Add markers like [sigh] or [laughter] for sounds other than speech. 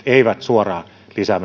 eivät suoraan lisää [unintelligible]